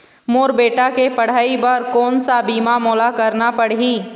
मोर बेटा के पढ़ई बर कोन सा बीमा मोला करना पढ़ही?